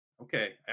Okay